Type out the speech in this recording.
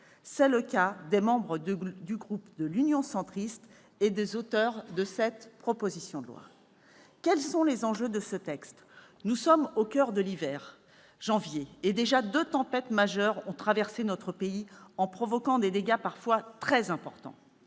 C'est le cas des membres du groupe Union Centriste et des auteurs de cette proposition de loi. Quels sont les enjeux de ce texte ? Nous sommes au coeur de l'hiver, en janvier, et déjà deux tempêtes majeures ont traversé notre pays en provoquant des dégâts parfois très importants.